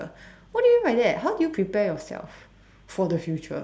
what do you mean by that how do you prepare yourself for the future